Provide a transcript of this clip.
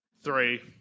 three